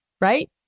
right